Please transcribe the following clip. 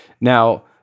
Now